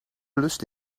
lust